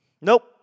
Nope